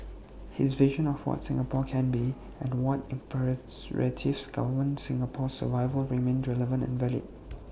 his vision of what Singapore can be and what imperatives govern Singapore's survival remain relevant and valid